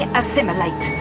assimilate